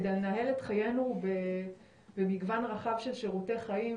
כדי לנהל את חיינו במגוון רחב של שירותי חיים,